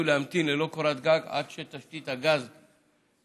להמתין ללא קורת גג עד שתשתית הגז תוקנה.